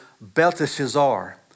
Belteshazzar